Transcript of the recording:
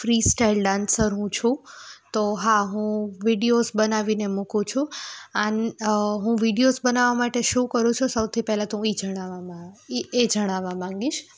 free style dancer હું છું તો હા હું વીડિયોઝ બનાવીને મૂકું છું અન હું વીડિયોઝ બનાવવા માટે શું કરું છું સૌથી પહેલાં તો હું એ જણાવામાં એ એ જણાવવા માંગીશ